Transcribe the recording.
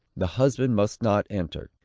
the husband must not enter.